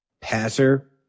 passer